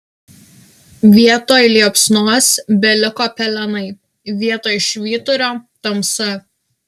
vietoj liepsnos beliko pelenai vietoj švyturio tamsa